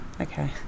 Okay